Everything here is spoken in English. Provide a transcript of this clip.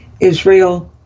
Israel